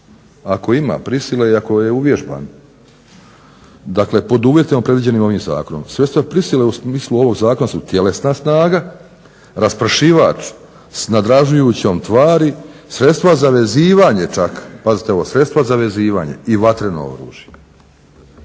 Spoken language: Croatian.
ako ima prisile i ako je uvježban. Dakle, pod uvjetima predviđenim ovim zakonom. Sredstva prisile u smislu ovog zakona su tjelesna snaga, raspršivač s nadražujućom tvari, sredstva za vezivanje čak, pazite ovo sredstva za vezivanje i vatreno oružje.